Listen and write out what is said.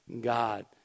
God